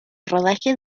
rodaje